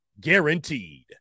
guaranteed